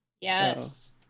Yes